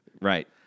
Right